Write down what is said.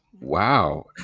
wow